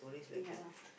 ya